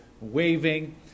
waving